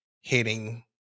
hitting